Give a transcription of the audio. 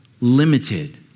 limited